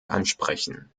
ansprechen